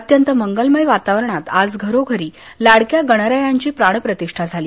अत्यंत मंगलमय वातावरणात आज घरोघरी लाडक्या गणरायांची प्राणप्रतिष्ठा झाली